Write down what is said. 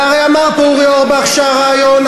והרי אמר פה אורי אורבך: הרעיון,